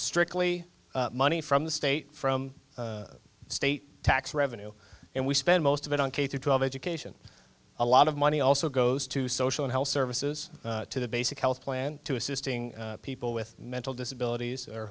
strictly money from the state from state tax revenue and we spend most of it on k through twelve education a lot of money also goes to social and health services to the basic health plan to assisting people with mental disabilit